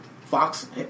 Fox